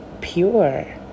pure